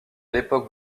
l’époque